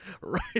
Right